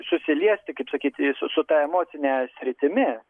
susiliesti kaip sakyti su ta emocine sritimi